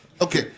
Okay